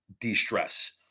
de-stress